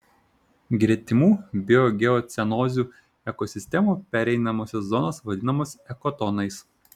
gretimų biogeocenozių ekosistemų pereinamosios zonos vadinamos ekotonais